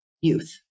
youth